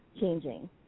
changing